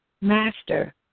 Master